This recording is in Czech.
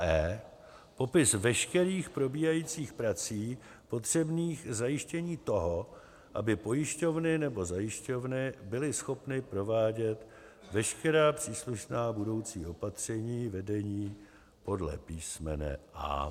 e) popis veškerých probíhajících prací potřebných k zajištění toho, aby pojišťovny nebo zajišťovny byly schopny provádět veškerá příslušná budoucí opatření vedení podle písmene a);